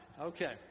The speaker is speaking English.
Okay